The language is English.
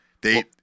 they-